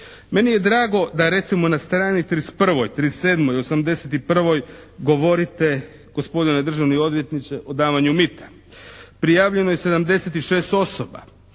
Meni je drago da recimo na strani 31., 37., 81. govorite gospodine državni odvjetniče o davanju mita. Prijavljeno je 76 osoba.